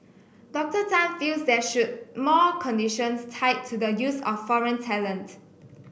Dr Tan feels there should more conditions tied to the use of foreign talent